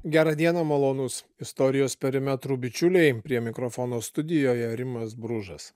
gerą dieną malonūs istorijos perimetrų bičiuliai prie mikrofono studijoje rimas bružas